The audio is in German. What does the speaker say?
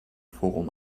forum